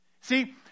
See